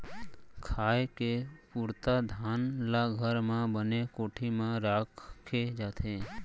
खाए के पुरता धान ल घर म बने कोठी म राखे जाथे